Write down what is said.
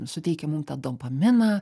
suteikia mum tą dopaminą